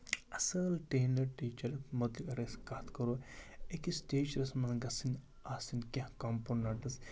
اَصٕل trained teacher مت اگر أسۍ کَتھ کَرو أکِس ٹیٖچرَس منٛز گژھٕنۍ آسٕنۍ کیٚنٛہہ کَمپوننٛٹٕس